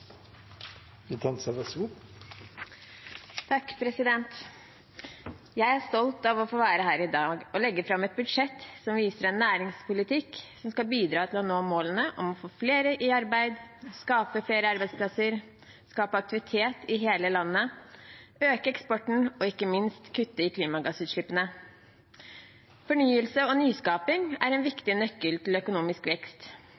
stolt av å få være her i dag og legge fram et budsjett som viser en næringspolitikk som skal bidra til å nå målene om å få flere i arbeid, skape flere arbeidsplasser, skape aktivitet i hele landet, øke eksporten og ikke minst kutte i klimagassutslippene. Fornyelse og nyskaping er en viktig nøkkel til økonomisk vekst.